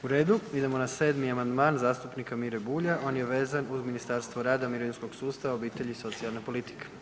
U redu, idemo na 7. amandman zastupnika Mire Bulja, on je vezan uz Ministarstvo rada, mirovinskog sustava, obitelji i socijalne politike.